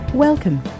Welcome